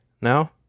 No